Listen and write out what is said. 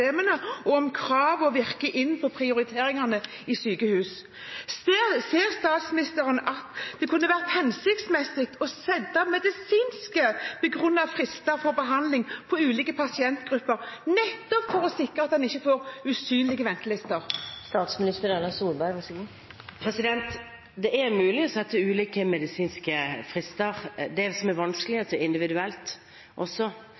og om kravene virker inn på prioriteringene i sykehus. Ser statsministeren at det kunne vært hensiktsmessig å sette medisinsk begrunnede frister for behandling av ulike pasientgrupper, nettopp for å sikre at en ikke får usynlige ventelister? Det er mulig å sette ulike medisinske frister. Det som er vanskelig, er at det er individuelt også.